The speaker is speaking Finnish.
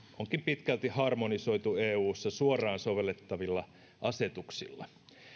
onkin pitkälti harmonisoitu eussa suoraan sovellettavilla asetuksilla